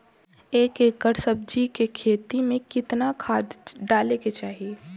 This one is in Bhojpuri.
एक एकड़ सब्जी के खेती में कितना खाद डाले के चाही?